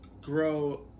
grow